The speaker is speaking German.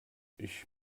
ich